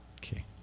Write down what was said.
Okay